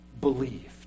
believed